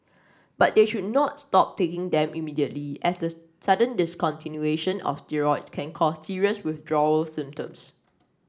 but they should not stop taking them immediately as the sudden discontinuation of steroids can cause serious withdrawal symptoms